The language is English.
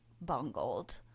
bungled